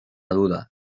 duda